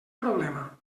problema